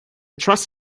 truss